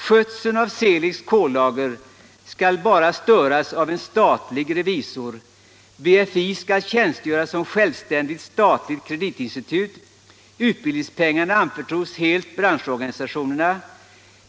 Skötseln av Seeligs k-lager skall bara störas av en statlig revisor, BFI skall tjänstgöra som självständigt statligt kreditinstitut, utbildningspengarna anförtros helt branschorganisationerna.